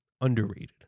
Underrated